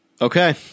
Okay